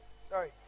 sorry